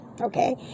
okay